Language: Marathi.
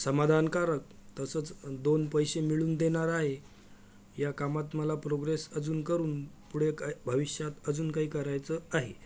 समाधानकारक तसंच दोन पैसे मिळवून देणारं आहे ह्या कामात मला प्रोग्रेस अजून करून पुढे काय भविष्यात अजून काही करायचं आहे